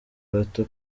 bato